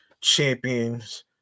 champions